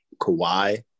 Kawhi